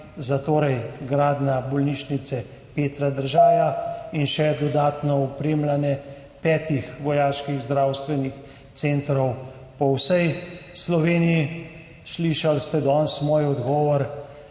zatorej gradnja Bolnišnice dr. Petra Držaja in še dodatno opremljanje petih vojaških zdravstvenih centrov po vsej Sloveniji. Slišali ste danes moj odgovor,